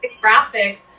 graphic